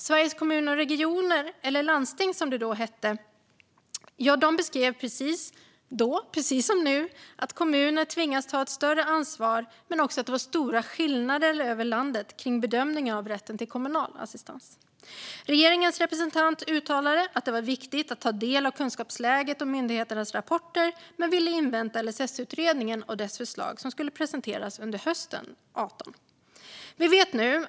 Sveriges Kommuner och Regioner, eller landsting som det då hette, beskrev då precis som nu att kommunerna tvingats ta ett större ansvar men att det också var stora skillnader över landet i bedömning av rätten till kommunal assistans. Regeringens representant uttalade att det var viktigt att ta del av kunskapsläget och myndigheternas rapporter men ville invänta LSS-utredningen och dess förslag som skulle presenteras under hösten 2018.